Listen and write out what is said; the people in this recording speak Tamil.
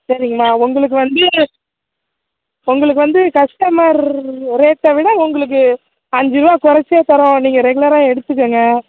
சரிங்கண்ணா உங்களுக்கு வந்து உங்களுக்கு வந்து கஸ்டமர் ரேட்டை விட உங்களுக்கு அஞ்சு ரூபா குறச்சே தரம் நீங்கள் ரெகுலராக எடுத்துக்கோங்க